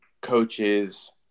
coaches